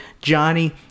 Johnny